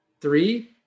Three